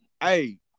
Hey